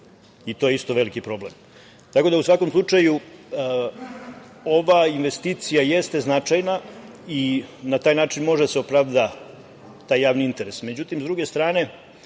i to je isto veliki problem. Tako da, u svakom slučaju ova investicija jeste značajna i na taj način može da se opravda taj javni interes.Međutim,